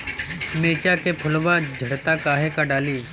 मिरचा के फुलवा झड़ता काहे का डाली?